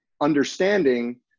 understanding